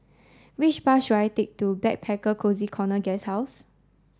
which bus should I take to Backpacker Cozy Corner Guesthouse